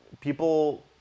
people